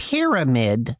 Pyramid